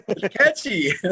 Catchy